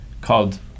called